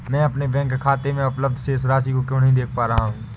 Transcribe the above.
मैं अपने बैंक खाते में उपलब्ध शेष राशि क्यो नहीं देख पा रहा हूँ?